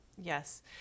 Yes